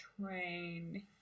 train